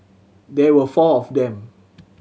there were four of them